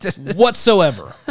Whatsoever